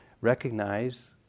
recognize